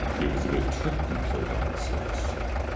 it was a good trick you played on us last year.